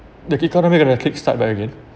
the economic going to kick start back again